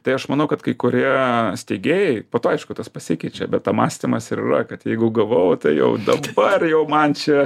tai aš manau kad kai kurie steigėjai po to aišku tas pasikeičia bet pamąstymas ir yra kad jeigu gavau tai jau dabar jau man čia